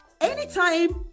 Anytime